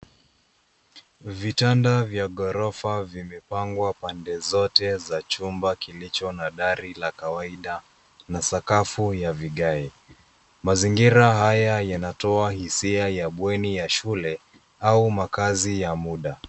Vitanda vya ghorofa vimepangwa pande zote za chumba kilicho na dari la kawaida na sakafu ya vigae. Mazingira haya yanatoa hisia ya bweni ya shule au makaazi ya muda.